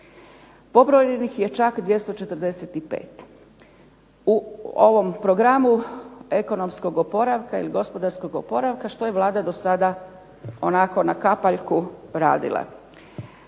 Pobrojenih je čak 245. U ovom programu ekonomskog oporavka ili gospodarskog oporavka što je Vlada do sada onako na kapaljku radila.